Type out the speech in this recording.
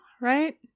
right